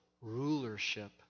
rulership